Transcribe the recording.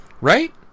Right